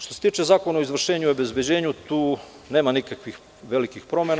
Što se tiče Zakona o izvršenju i obezbeđenju, tu nema nikakvih veliki promena.